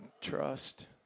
trust